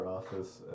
office